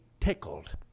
tickled